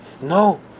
No